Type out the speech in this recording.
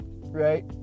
right